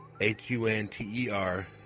H-U-N-T-E-R